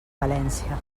valència